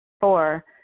Four